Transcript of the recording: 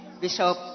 bishop